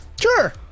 sure